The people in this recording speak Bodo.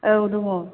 औ दङ